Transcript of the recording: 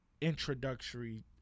introductory